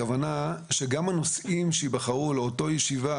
הכוונה לנושאים שייבחרו לאותה ישיבה